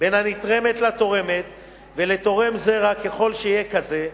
בין הנתרמת לתורמת ולתורם זרע, ככל שיהיה כזה.